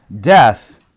death